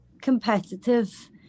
competitive